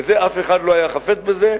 ואף אחד לא חפץ בזה,